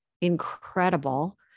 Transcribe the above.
incredible